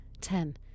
Ten